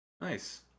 nice